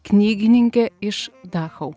knygininkė iš dachau